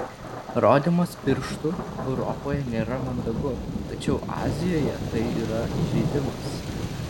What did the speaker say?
rodymas pirštu europoje nėra mandagu tačiau azijoje tai yra įžeidimas